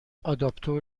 آداپتور